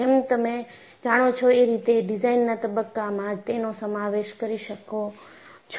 જેમ તમે જાણો છો એ રીતે ડિઝાઇનના તબક્કામાં તેનો સમાવેશ કરી શકો છો